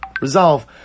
resolve